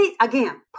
again